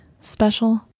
special